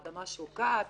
האדמה שוקעת.